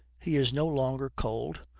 he is no longer cold.